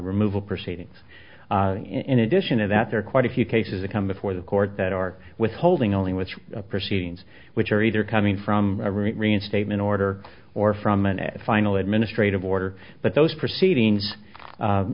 removal proceedings in addition to that there are quite a few cases that come before the court that are withholding only which proceedings which are either coming from reinstatement order or from an final administrative order but those proceedings